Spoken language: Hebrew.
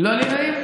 לא יהיה לי נעים?